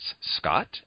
Scott